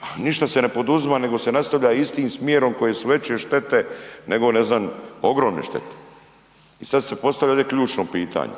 a ništa se ne poduzima nego se nastavlja istim smjerom koje su veće štete nego ne znam, ogromne štete. I sad se postavlja ovdje ključno pitanje.